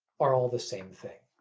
are all the same thing.